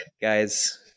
guys